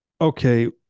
okay